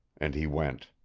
and he went.